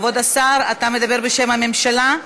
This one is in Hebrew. כבוד השר, אתה מדבר בשם הממשלה?